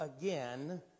again